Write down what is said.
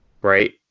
Right